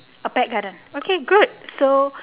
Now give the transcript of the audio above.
a pet garden okay good so